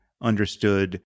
understood